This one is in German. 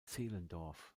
zehlendorf